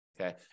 Okay